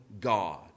God